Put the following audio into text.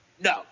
No